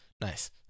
nice